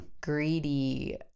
greedy